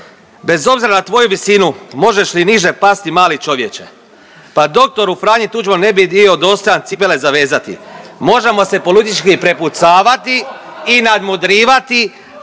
Bez obzira na tvoju visinu možeš li niže pasti mali čovječe? Pa dr. Franji Tuđmanu ne bi bio dostojan cipele zavezati, možemo se politički prepucavati i nadmudrivati,